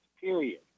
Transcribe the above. period